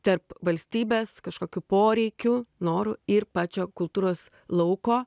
tarp valstybės kažkokių poreikių norų ir pačio kultūros lauko